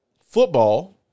Football